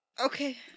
Okay